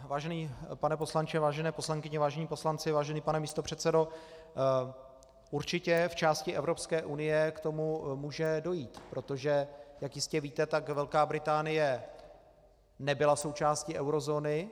Vážený pane poslanče, vážené poslankyně, vážení poslanci, vážený pane místopředsedo, určitě v části Evropské unie k tomu může dojít, protože jak jistě víte, tak Velká Británie nebyla součástí eurozóny.